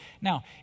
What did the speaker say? Now